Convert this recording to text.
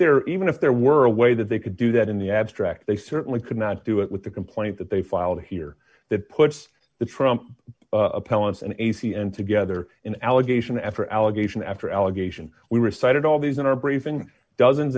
there even if there were a way that they could do that in the abstract they certainly could not do it with the complaint that they filed here that puts the trump appellants and ac and together in allegation after allegation after allegation we recited all these in our briefing dozens